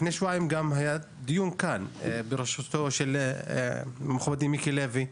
לפני שבועיים היה כאן דיון בראשותו של מכובדי מיקי לוי,